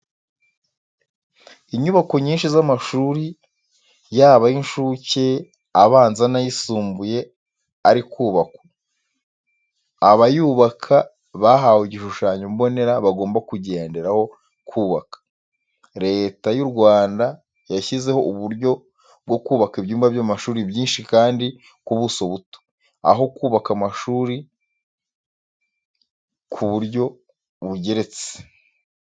Inyubako nyinshi z'amashuri yaba ay'incuke, abanza n'ayisumbuye ari kubakwa, abayubaka bahawe igishushanyo mbonera bagomba kugenderaho bubaka. Leta y'u Rwanda yashyizeho uburyo bwo kubaka ibyumba by'amashuri byinshi kandi ku buso buto, aho bubaka amashuri ku buryo bugeretse.